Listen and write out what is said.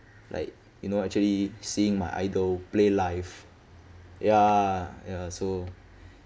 like you know actually seeing my idol play live ya ya so